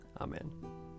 Amen